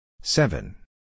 Seven